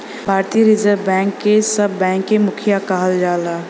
भारतीय reserve bank के सब बैंक क मुखिया कहल जाला